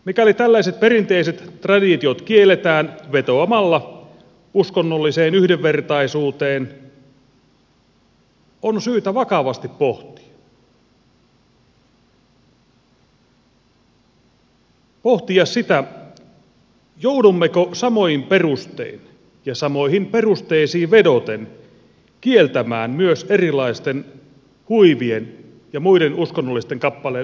mikäli tällaiset perinteiset traditiot kielletään vetoamalla uskonnolliseen yhdenvertaisuuteen on syytä vakavasti pohtia sitä joudummeko samoin perustein ja samoihin perusteisiin vedoten kieltämään myös erilaisten huivien ja muiden uskonnollisten vaatekappaleiden käytön